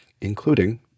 including